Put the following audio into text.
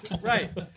Right